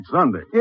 Sunday